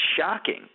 shocking